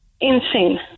insane